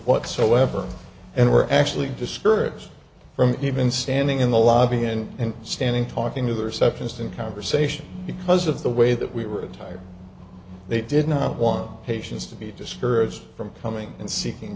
whatsoever and were actually discouraged from even standing in the lobby and standing talking to the receptionist in conversation because of the way that we retire they did not want patients to be discouraged from coming and seeking